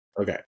Okay